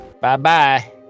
Bye-bye